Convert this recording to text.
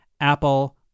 Apple